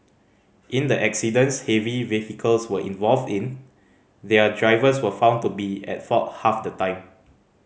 in the accidents heavy vehicles were involved in their drivers were found to be at fault half the time